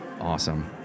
awesome